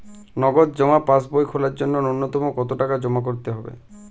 নগদ জমা পাসবই খোলার জন্য নূন্যতম কতো টাকা জমা করতে হবে?